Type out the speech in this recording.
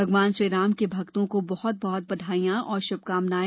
भगवान श्रीराम के भक्तों को बहुत बहुत बधाई शुभकामनाएं